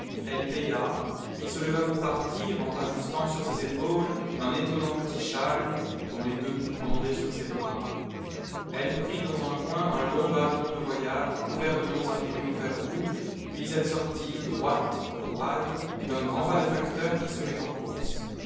puis se leva pour partir en rajustant sur ses épaules un étonnant petit cliale dont les deux bouts pendaient sur ses bras elle prit dans un coin un long bâton de voyage couvert de noms imprimés au fer rouge puis elle sortit droite roide d'un grand pas de facteur qui se met en course